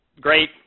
great